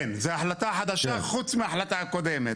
כן, זה החלטה חדשה חוץ מההחלטה הקודמת.